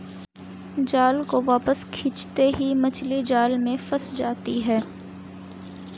जाल को वापस खींचते ही मछली जाल में फंस जाती है